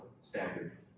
standard